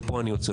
ופה אני עוצר.